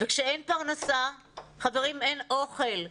וכשאין פרנסה אין אוכל.